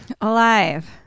Alive